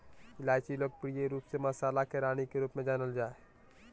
इलायची लोकप्रिय रूप से मसाला के रानी के रूप में जानल जा हइ